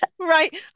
Right